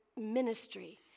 ministry